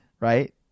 Right